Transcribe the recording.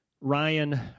Ryan